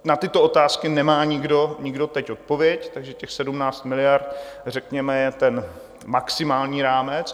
Na tyto otázky nemá nikdo teď odpověď, takže těch 17 miliard je řekněme ten maximální rámec.